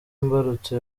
imbarutso